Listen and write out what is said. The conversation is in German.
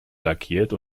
lackiert